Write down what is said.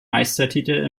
meistertitel